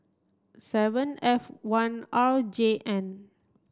seven F one R J N